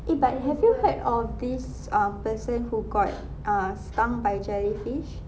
eh but have you heard of this um person who got err stung by jellyfish